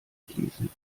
fließen